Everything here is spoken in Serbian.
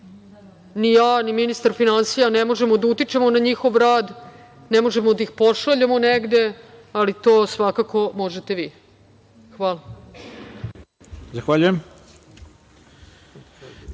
Ni ja ni ministar finansija ne možemo da utičemo na njihov rad, ne možemo da ih pošaljemo negde, ali to svakako možete vi. Hvala. **Ivica